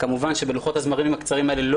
כמובן שבלוחות הזמנים הקצרים האלה לא